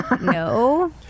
No